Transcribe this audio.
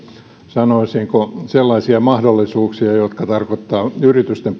sanoisinko sellaisia mahdollisuuksia jotka tarkoittavat että kun yritysten